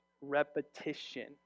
repetition